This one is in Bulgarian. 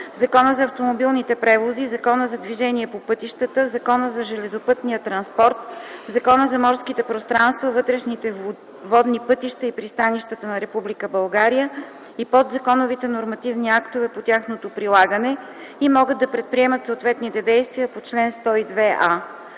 Закона за автомобилните превози, Закона за движение по пътищата, Закона за железопътния транспорт, Закона за морските пространства, вътрешните водни пътища и пристанищата на Република България и подзаконовите нормативни актове по тяхното прилагане и могат да предприемат съответните действия по чл. 102а.